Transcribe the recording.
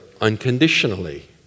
unconditionally